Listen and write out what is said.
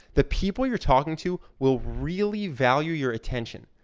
the people you're talking to will really value your attention.